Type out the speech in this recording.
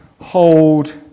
hold